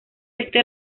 este